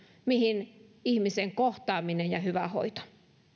mihin ihmisen kohtaaminen ja hyvä hoito